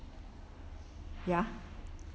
ya